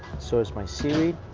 so is my seaweed